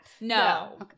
No